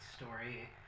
story